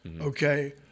Okay